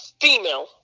female